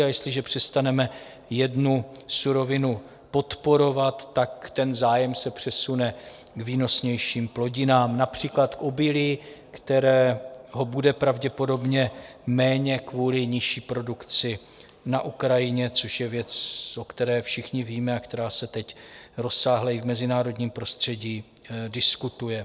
A jestliže přestaneme jednu surovinu podporovat, zájem se přesune k výnosnějším plodinám, například k obilí, kterého bude pravděpodobně méně kvůli nižší produkci na Ukrajině, což je věc, o které všichni víme a která se teď rozsáhle i v mezinárodním prostředí diskutuje.